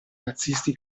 nazisti